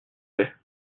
plait